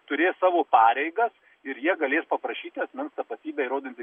turės savo pareigas ir jie galės paprašyti asmens tapatybę įrodantį gandrą kalbant apie pavyzdžiui